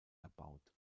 erbaut